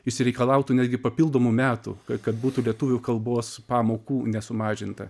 išsireikalautų netgi papildomų metų kad kad būtų lietuvių kalbos pamokų nesumažinta